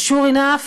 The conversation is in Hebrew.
ו-sure enough,